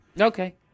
Okay